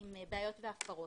עם בעיות והפרות.